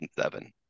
seven